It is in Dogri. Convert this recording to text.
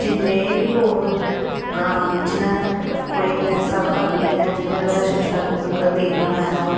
जिन्ने बी लोक ग्रांऽ बिच्च न कोई ऐसा घर नि ऐ जिंदे घर शौचालय मतलब नेईं बनाए दा होग